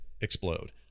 explode